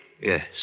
Yes